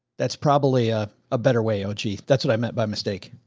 that's probably ah a better way. oh, gee. that's what i meant by mistake.